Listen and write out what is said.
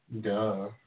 duh